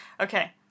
Okay